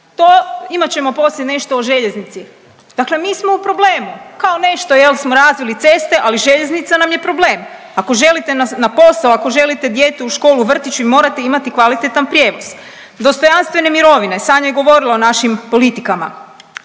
to imat ćemo poslije nešto o željeznici, dakle mi smo u problemu. Kao nešto jel smo razvili ceste, ali željeznica nam je problem, ako želite na posao, ako želite dijete u školu, vrtić vi morate imati kvalitetan prijevoz. Dostojanstvene mirovine, Sanja je govorila o našim politikama.